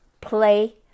play